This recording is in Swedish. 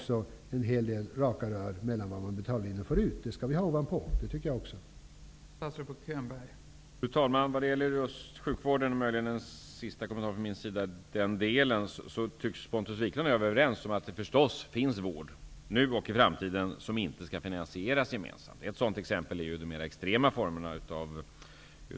Sedan kan man gärna ha raka rör när det gäller vad man betalar och vad man får ut.